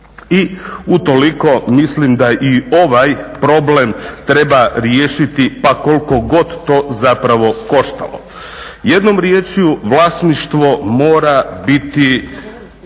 i utoliko mislim da i ovaj problem treba riješiti pa koliko god to zapravo koštalo. Jednom riječju vlasništvo mora biti